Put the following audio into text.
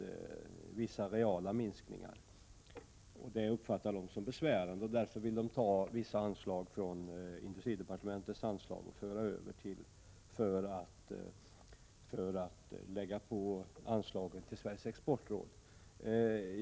1986/87:89 moderaterna som besvärande och vill överföra vissa anslag från industride 18 mars 1987 partementets område för att därmed öka anslaget till Sveriges Exportråd.